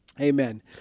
Amen